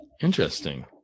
Interesting